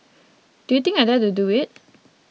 do you think I dare to do it